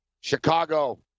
Chicago